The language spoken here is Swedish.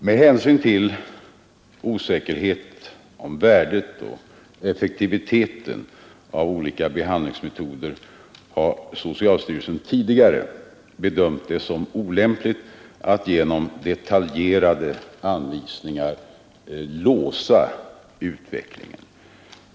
Med hänsyn till osäkerheten om värdet och effektiviteten av olika behandlingsmetoder har socialstyrelsen tidigare bedömt det som olämpligt att genom detaljerade anvisningar låsa utvecklingen.